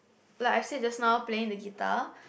like I said just now playing the guitar